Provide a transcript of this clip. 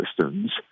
systems